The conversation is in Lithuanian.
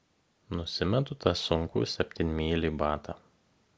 nusimetu tą sunkų septynmylį batą